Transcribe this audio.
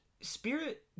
spirit